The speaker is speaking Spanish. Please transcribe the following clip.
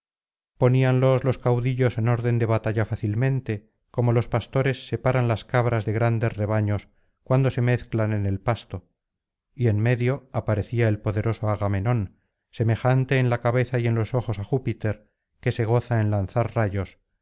poníanlos los caudillos en orden de batalla fácilmente como los pastores separan las cabras de grandes rebaños cuando se mezclan en el pasto y en medio aparecía el poderoso agamenón semejante en la cabeza y e h los ojos á júpiter que se goza en lanzar rayos